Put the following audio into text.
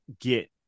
get